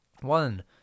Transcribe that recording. One